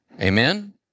Amen